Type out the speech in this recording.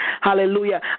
Hallelujah